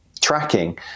tracking